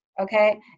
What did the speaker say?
okay